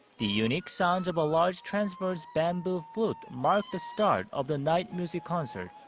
the unique sounds of a large transverse bamboo flute mark the start of the night music concert.